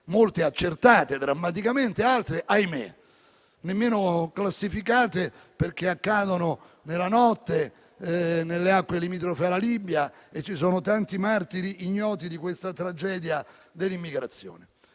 molte accertate drammaticamente, altre - ahimè - nemmeno classificate, perché accadono nella notte o nelle acque limitrofe alla Libia. Ci sono tanti martiri ignoti di questa tragedia dell'immigrazione.